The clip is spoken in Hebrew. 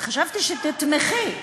חשבתי שתתמכי.